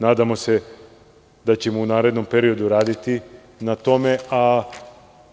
Nadamo se da ćemo u narednom periodu raditi na tome, a